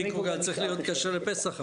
המיקרוגל צריך להיות כשר לפסח,